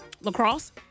lacrosse